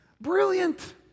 Brilliant